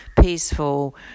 peaceful